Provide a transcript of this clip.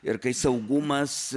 ir kai saugumas